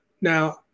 Now